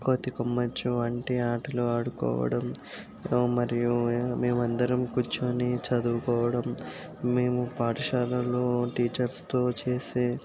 కోతికొమ్మచ్చి వంటి ఆటలు ఆడుకోవడం మరియు మేము అందరం కూర్చొని చదువుకోవడం మేము పాఠశాలలో టీచర్స్తో చేసే